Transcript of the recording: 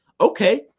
okay